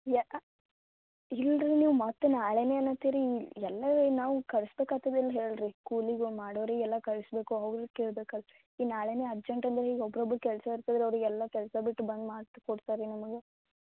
ಯಾ ಇಲ್ಲರಿ ನೀವು ಮತ್ತೆ ನಾಳೆನೇ ಅನ್ನುತ್ತೀರಿ ಈ ಎಲ್ಲ ನಾವು ಕಳ್ಸ್ಬೇಕು ಆತದಲ್ಲ ಹೇಳಿ ರೀ ಕೂಲಿಗು ಮಾಡೋರಿಗೆ ಎಲ್ಲ ಕಳ್ಸ್ಬೇಕು ಅವ್ರ್ಗೆ ಕೇಳ್ಬೇಕು ಅಲ್ಲರಿ ನಾಳೆನೇ ಅರ್ಜೆಂಟ್ ಅಂದ್ರೆ ಈಗ ಒಬ್ಬೊಬ್ಬರಿಗೆ ಕೆಲಸ ಇರ್ತದ್ರಿ ಅವರಿಗೆಲ್ಲ ಕೆಲಸ ಬಿಟ್ಟು ಬಂದು ಮಾಡಿಸಿ ಕೊಡ್ತಾರಾ ನಿಮ್ಗೆ